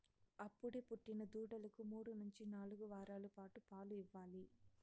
అప్పుడే పుట్టిన దూడలకు మూడు నుంచి నాలుగు వారాల పాటు పాలు ఇవ్వాలి